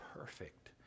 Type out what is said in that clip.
perfect